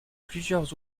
plusieurs